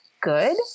good